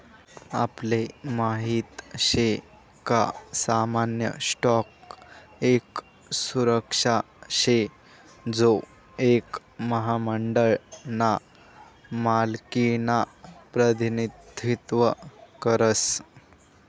आपले माहित शे का सामान्य स्टॉक एक सुरक्षा शे जो एक महामंडळ ना मालकिनं प्रतिनिधित्व करस